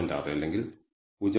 6 അല്ലെങ്കിൽ 0